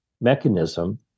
mechanism